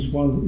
one